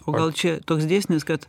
o gal čia toks dėsnis kad